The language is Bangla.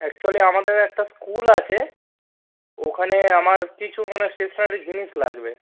অ্যাকচুয়ালি আমাদের একটা স্কুল আছে ওখানে আমার কিছু মানে স্টেশনারি জিনিস লাগবে